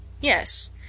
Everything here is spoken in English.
Yes